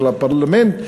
של הפרלמנט,